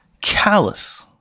callous